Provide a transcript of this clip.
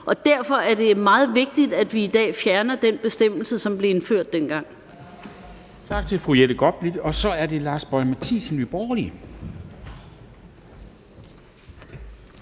Derfor er det meget vigtigt, at vi i dag fjerner den bestemmelse, som blev indført dengang.